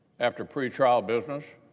after pretrial business,